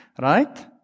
right